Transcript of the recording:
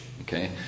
Okay